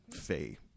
Faye